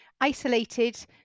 isolated